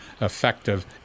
effective